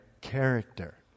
character